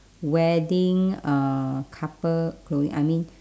wedding uh couple clothing I mean